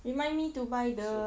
remind me to buy the